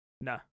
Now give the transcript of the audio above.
No